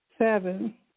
Seven